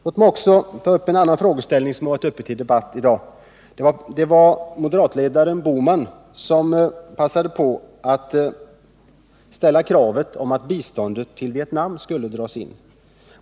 Låt mig också ta upp en annan frågeställning som varit uppe till debatt i dag, Det var moderatledaren Gösta Bohman som passade på att ställa krav på att biståndet till Vietnam skulle dras in.